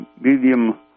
medium